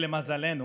למזלנו